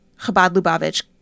Chabad-Lubavitch